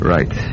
Right